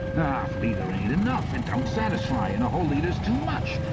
litre ain't enough. it don't satisfy. and a ole litre's too much.